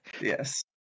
Yes